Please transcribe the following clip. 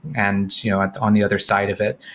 and you know on on the other side of it,